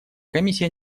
комиссия